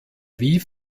wie